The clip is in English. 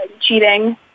cheating